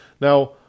Now